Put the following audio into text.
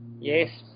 Yes